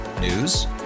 News